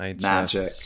Magic